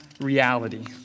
reality